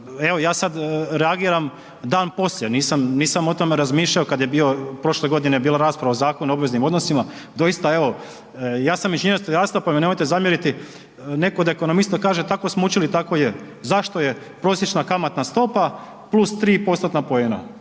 evo, ja sad reagiram dan poslije, nisam o tome razmišljao kad je bio, prošle godine je bila rasprava o Zakonu o obveznim odnosima, doista evo, ja sam inženjer strojarstva pa mi nemojte zamjeriti, netko od ekonomista kaže, tako smo učili, tako je. Zašto je prosječna kamatna stopa +3 postotna poena?